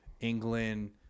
England